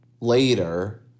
later